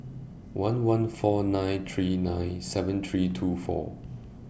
one one four nine three nine seven three two four